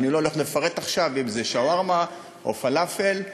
אני לא הולך לפרט עכשיו אם זה שווארמה או פלאפל,